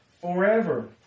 forever